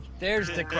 there's the